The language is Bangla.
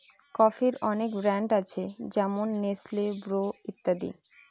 কফির অনেক ব্র্যান্ড আছে যেমন নেসলে, ব্রু ইত্যাদি